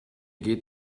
geht